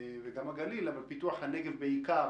גם הגליל, אבל פיתוח הנגב בעיקר